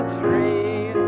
tree